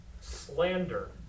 slander